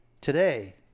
today